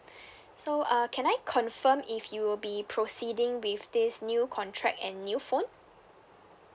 so uh can I confirm if you'll be proceeding with this new contract and new phone